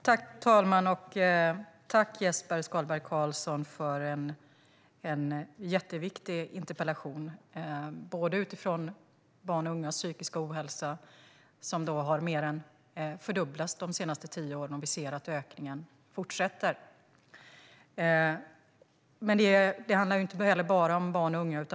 Fru talman! Tack, Jesper Skalberg Karlsson, för en jätteviktig interpellation! Den är viktig utifrån barns och ungas psykiska ohälsa, som mer än fördubblats de senaste tio åren, och vi ser att ökningen fortsätter. Men det handlar inte bara om barn och unga.